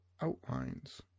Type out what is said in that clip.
outlines